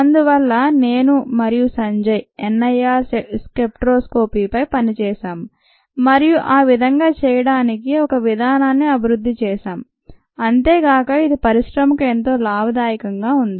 అందువల్ల నేను మరియు సంజయ్ NIR స్పెక్ట్రోస్కోపీపై పనిచేశాం మరియు ఆ విధంగా చేయడానికి ఒక విధానాన్ని అభివృద్ధి చేశాం అంతేగాక ఇది పరిశ్రమకు ఎంతో లాభదాయకంగా ఉంది